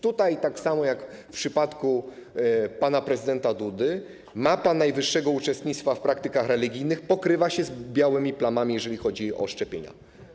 Tutaj tak samo jak w przypadku pana prezydenta Dudy mapa najwyższego uczestnictwa w praktykach religijnych pokrywa się z białymi plamami, jeśli chodzi o szczepienia.